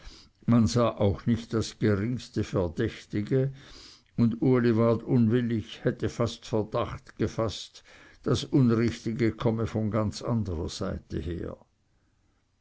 man sah auch nicht das geringste verdächtige und uli ward unwillig hätte fast verdacht gefaßt das unrichtige komme von ganz anderer seite her